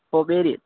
pomeranian